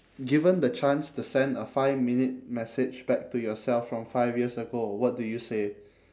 given the chance to send a five minute message back to yourself from five years ago what do you say